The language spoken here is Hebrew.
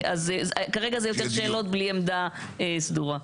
כרגע זה יותר שאלות, בלי עמדה סדורה.